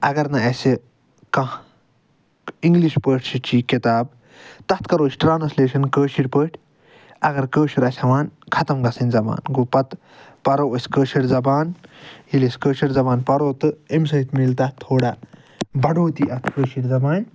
اگر نہٕ اسہِ کانٛہہ انگلِش پٲٹھۍ چھِ کتاب تتھ کرو أسۍ ٹرانسلٮ۪شن کٲشر پٲٹھۍ اگر کٲشر آسہِ ختم ہٮ۪وان گژھِنۍ زبان گوو پتہٕ پروو أسۍ کٲشر زبان ییٚلہِ أسۍ کٲشر زبان پروو تہٕ امہِ سۭتۍ ملہِ تتھ تھوڑا بڑوتی اتھ کٲشر زبانہِ